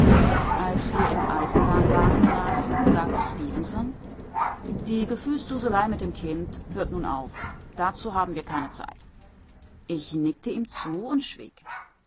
als wir im eisenbahnwagen saßen sagte stefenson die gefühlsduselei mit dem kinde hört nun auf dazu haben wir keine zeit ich nickte ihm zu und schwieg